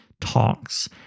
talks